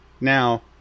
now